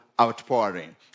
outpouring